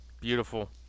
Beautiful